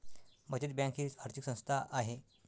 बचत बँक ही आर्थिक संस्था आहे